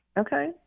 Okay